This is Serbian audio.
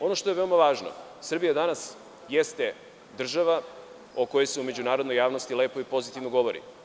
Ono što je veoma važno, Srbija danas jeste država o kojoj se u međunarodnoj javnosti lepo i pozitivno govori.